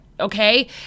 okay